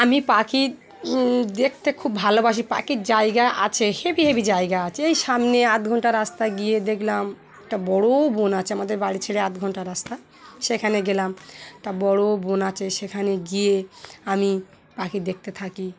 আমি পাখি দেখতে খুব ভালোবাসি পাখির জায়গা আছে হেভি হেভি জায়গা আছে এই সামনে আধ ঘণ্টা রাস্তা গিয়ে দেখলাম একটা বড়ো বন আছে আমাদের বাড়ি ছেড়ে আধ ঘণ্টা রাস্তা সেখানে গেলাম একটা বড়ো বন আছে সেখানে গিয়ে আমি পাখি দেখতে থাকি